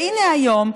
והינה היום,